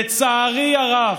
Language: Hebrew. לצערי הרב,